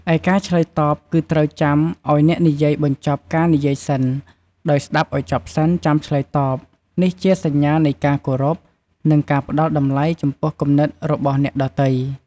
ឯការឆ្លើយតប គឺត្រូវចាំឲ្យអ្នកនិយាយបញ្ចប់ការនិយាយសិន ដោយស្តាប់ឲ្យចប់សិនចាំឆ្លើយតប នេះជាសញ្ញានៃការគោរព និងការផ្តល់តម្លៃចំពោះគំនិតរបស់អ្នកដទៃ។